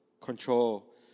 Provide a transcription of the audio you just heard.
control